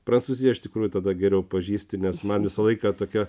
prancūziją iš tikrųjų tada geriau pažįsti nes man visą laiką tokia